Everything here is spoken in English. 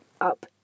up